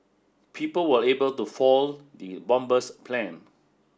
people were able to fall the bomber's plan